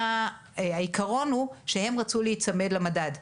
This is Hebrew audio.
העיקרון הוא שהן רצו להיצמד למדד.